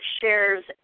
shares